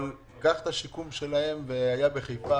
אז היה שיקום בחיפה,